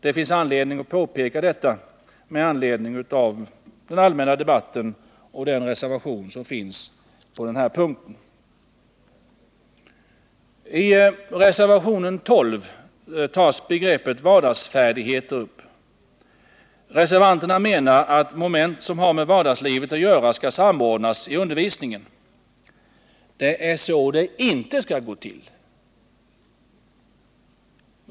Det finns anledning att påpeka detta med Nr 166 menar att moment som har med vardagslivet att göra skall samordnas i undervisningen. Det är så det inte skall gå till!